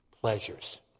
pleasures